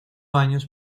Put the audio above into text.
años